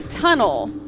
tunnel